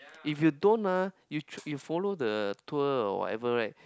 if you don't ah you you follow the tour or whatever right